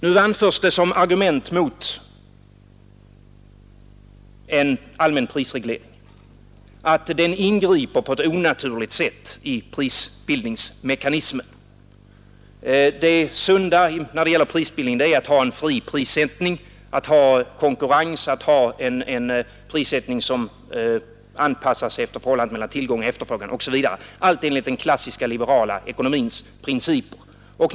Nu anförs det som argument mot en allmän prisreglering att den ingriper på ett onaturligt sätt i prisbildningsmekanismen. Det sunda när det gäller prisbildning är att ha konkurrens, att ha en fri prissättning som anpassas efter förhållandet mellan tillgång och efterfrågan osv., allt enligt den klassiska liberala ekonomins principer.